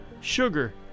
sugar